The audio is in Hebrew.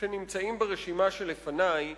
שנמצאים ברשימה שלפני,